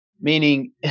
meaning